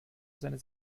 seine